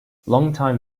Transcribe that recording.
longtime